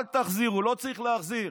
אל תחזירו, לא צריך להחזיר.